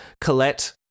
Colette